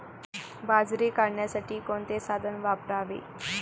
बाजरी काढण्यासाठी कोणते साधन वापरावे?